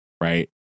Right